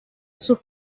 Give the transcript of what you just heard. sus